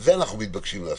את זה אנחנו מתבקשים לעשות.